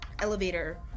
elevator